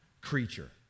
creature